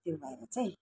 त्यो भएर चाहिँ